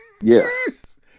Yes